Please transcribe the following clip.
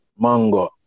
Mango